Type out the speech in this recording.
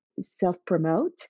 self-promote